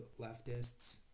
leftists